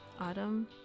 Autumn